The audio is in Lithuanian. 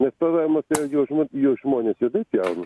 nes pvmas juo žmo juos žmones juodai pjauna